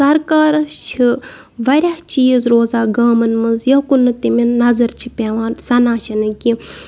سَرکارَس چھِ واریاہ چیٖز روزان گامَن منٛز یوکُن نہٕ تِمَن نظر چھِ پٮ۪وان سَنان چھِنہٕ کینٛہہ